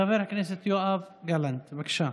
חבר הכנסת יואב גלנט, בבקשה.